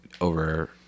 over